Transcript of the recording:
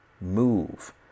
Move